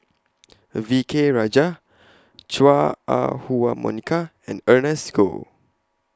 V K Rajah Chua Ah Huwa Monica and Ernest Goh